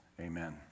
Amen